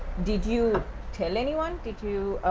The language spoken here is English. did you tell anyone? did you.